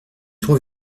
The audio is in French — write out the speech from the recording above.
tour